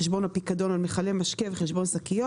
חשבון הפיקדון על מכלי משקה וחשבון שקיות.